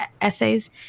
essays